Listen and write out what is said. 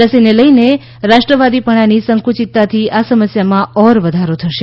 રસીને લઇને રાષ્ટ્રવાદીપણાની સંક્રચિતતાથી આ સમસ્યામાં ઓર વધારો થશે